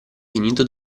finito